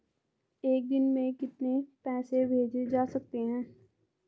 एक दिन में कितने पैसे भेजे जा सकते हैं?